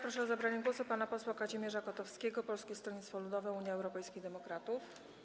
Proszę o zabranie głosu pana posła Kazimierza Kotowskiego, Polskie Stronnictwo Ludowe - Unia Europejskich Demokratów.